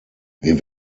wir